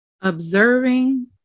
Observing